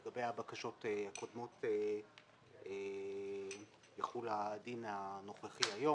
לגבי הבקשות הקודמות יחול הדין הנוכחי היום.